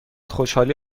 خوشحالی